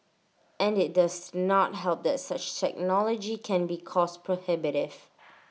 and IT does not help that such technology can be cost prohibitive